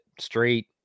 straight